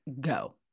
Go